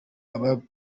abayumva